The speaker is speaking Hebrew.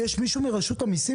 יש מישהו מרשות המיסים